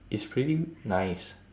it's pretty nice